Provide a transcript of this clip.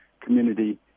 community